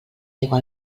aigua